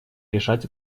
решать